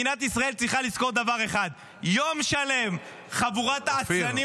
מדינת ישראל צריכה לזכור דבר אחד: יום שלם חבורת העצלנים